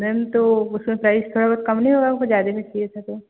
ma'am तो उसमें price थोड़ा बहुत कम नहीं होगा हमको ज़्यादे में चाहिए था तो